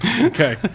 Okay